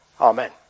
Amen